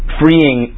freeing